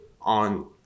on